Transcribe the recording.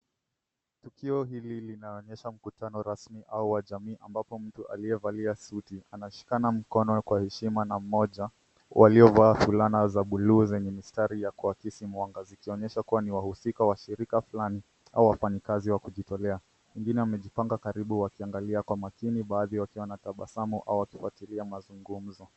Tukio hili linaonyesha mkutano rasmi au wa jamii ambapo mtu aliyevalia suti anashikana mkono kwa heshima na mmoja waliovaa fulana za bluu zenye mistari ya kuakisi mwanga zikionyesha kuwa ni wahusika wa shirika fulani au wafanyikazi wa kujitolea. Wengine wamejipanga karibu wakiangalia kwa makini baadhi wakiwa na tabasamu au wakifuatilia mazungumzo.